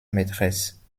maîtresse